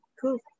cool